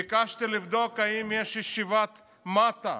ביקשתי לבדוק אם יש ישיבת מת"ע.